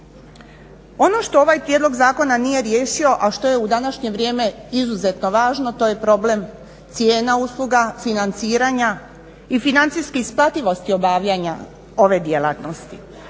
Ono što ovaj prijedlog zakona nije riješio, a što je u današnje vrijeme izuzetno važno to je problem cijena usluga, financiranja i financijske isplativosti obavljanja ove djelatnosti.